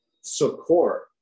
support